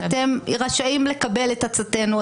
אתם רשאים לקבל את עצתנו,